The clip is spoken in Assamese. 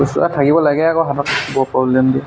খুচুৰা থাকিব লাগে আকৌ হাতত বৰ প্ৰব্লেম দিয়ে